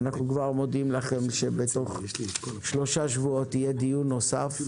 אנחנו כבר מודיעים לכם שבתוך שלושה שבועות יהיה דיון נוסף עם